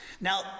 Now